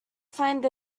find